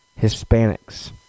Hispanics